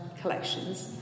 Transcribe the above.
collections